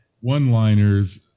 one-liners